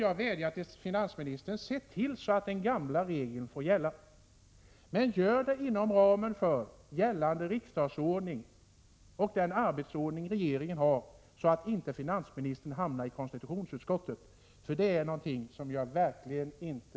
Jag vädjar till finansministern: Se till att den gamla regeln får gälla, men gör det inom ramen för gällande riksdagsordning och den arbetsordning som regeringen har, så att inte finansministern hamnar i konstitutionsutskottet — det eftertraktar jag verkligen inte.